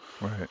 Right